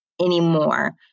anymore